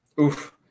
Oof